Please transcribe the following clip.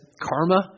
karma